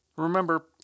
Remember